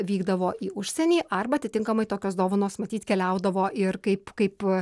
vykdavo į užsienį arba atitinkamai tokios dovanos matyt keliaudavo ir kaip kaip